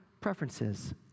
preferences